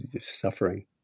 suffering